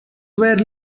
were